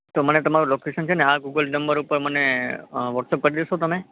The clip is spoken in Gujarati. તો મને તમારું લોકેશન છે ને આ ગૂગલ નંબર ઉપર મને વૉટ્સઍપ કરી દેશો તમે